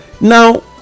now